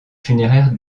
funéraires